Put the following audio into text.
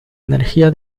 energía